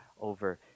over